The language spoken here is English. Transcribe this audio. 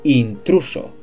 intruso